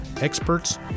experts